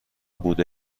بوده